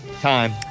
Time